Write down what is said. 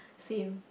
same